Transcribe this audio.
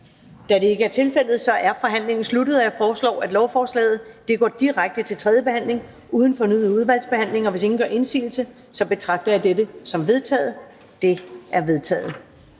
Da det ikke er tilfældet, er forhandlingen sluttet. Jeg foreslår, at lovforslaget går direkte til tredje behandling uden fornyet udvalgsbehandling. Og hvis ingen gør indsigelse, betragter jeg dette som vedtaget. Det er vedtaget.